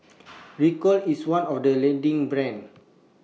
Ricola IS one of The leading brands